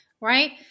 right